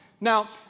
Now